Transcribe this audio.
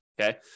okay